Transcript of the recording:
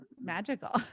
magical